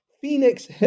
Phoenix